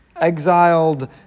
exiled